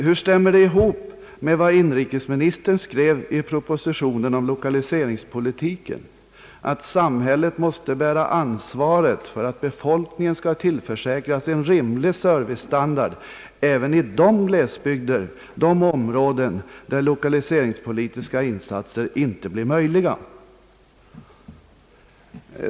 Hur stämmer detta med vad inrikesministern skrev i propositionen om lokaliseringspolitiken, nämligen att samhället måste bära ansvaret för att befolkningen tillförsäkras en rimlig servicestandard även i de glesbygder, de områden, där lokaliseringspolitiska insatser inte blir möjliga?